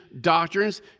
doctrines